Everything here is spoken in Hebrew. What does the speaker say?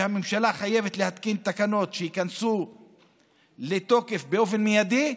שהממשלה חייבת להתקין תקנות שייכנסו לתוקף באופן מיידי,